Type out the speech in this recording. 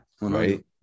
right